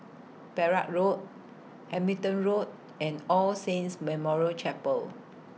Perak Road Hamilton Road and All Saints Memorial Chapel